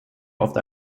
oft